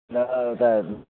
र उता